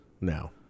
Now